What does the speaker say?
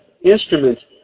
instruments